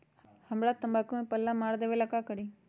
हमरा तंबाकू में पल्ला मार देलक ये ला का करी?